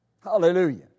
Hallelujah